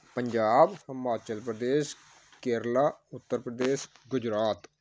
Punjab Himachal Pradesh Kerala Uttar Pradesh Gujarat